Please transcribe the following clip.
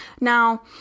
Now